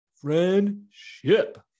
Friendship